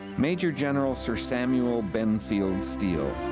major general sir samuel benfield steele,